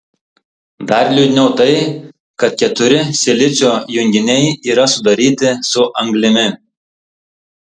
dar liūdniau tai kad keturi silicio junginiai yra sudaryti su anglimi